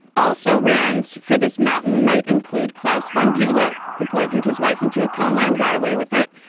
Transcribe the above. also rans for this mountain might include claus von bulow, who poisoned his wife into a coma and got away with it,